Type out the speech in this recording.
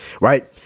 right